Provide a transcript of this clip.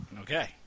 Okay